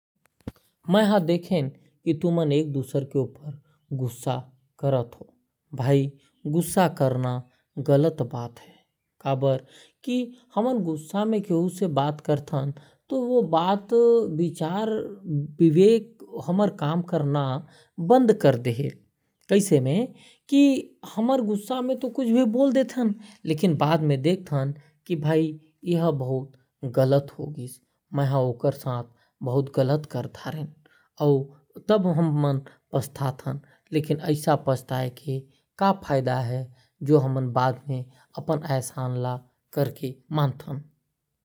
मैं हर देखें तुमन एक दुसर के ऊपर गुस्सा करत हा। भाई गुस्सा करना गलत बात है कहे बर गुस्सा में बात करे से हमर दिमाग विवेक काम करना बंद कर डेहल। और बाद में पछतावा होयल की यार ऐसा मोके नहीं बोलना रहीस और बाद में पछतावा होयल। तो ऐसा गुस्सा करे के का फायदा है ।